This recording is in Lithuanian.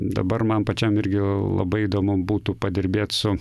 dabar man pačiam irgi labai įdomu būtų padirbėt su